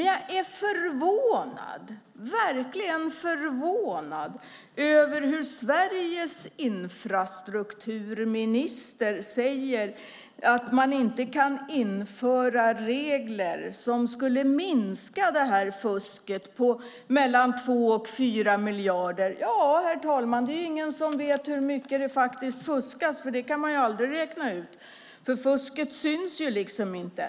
Jag är verkligen förvånad över att Sveriges infrastrukturminister säger att man inte kan införa regler som skulle minska detta fusk på mellan 2 och 4 miljarder - ja, herr talman, det är ingen som vet hur mycket det faktiskt fuskas, för det kan man aldrig räkna ut. Fusket syns liksom inte.